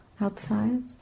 outside